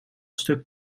stuk